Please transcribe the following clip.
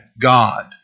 God